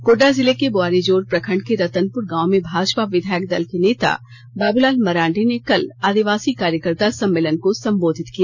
गोड्डा जिले के बोआरीजोर प्रखंड के रतनपुर गांव में भाजपा विधायक दल के नेता बाबूलाल मरांडी ने कल आदिवासी कार्यकर्ता सम्मेलन को संबोधित किया